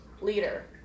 leader